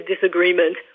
disagreement